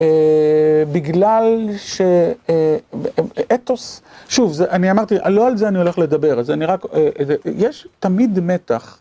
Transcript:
בגלל שאתוס, שוב, אני אמרתי, לא על זה אני הולך לדבר, אז אני רק א... יש תמיד מתח